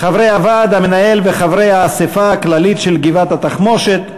חברי הוועד המנהל וחברי האספה הכללית של גבעת-התחמושת,